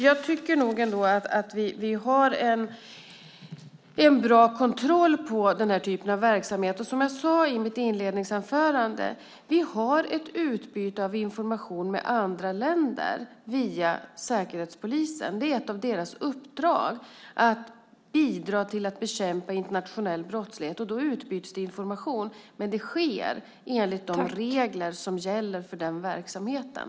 Jag tycker att vi har en bra kontroll på den här typen av verksamhet. Och som jag sade i mitt inledningsanförande: Vi har ett utbyte av information med andra länder via säkerhetspolisen. Det är ett av deras uppdrag att bidra till att bekämpa internationell brottslighet, och då utbyts det information, men det sker enligt de regler som gäller för den verksamheten.